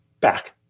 back